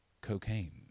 cocaine